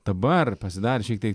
dabar pasidarė šiek tiek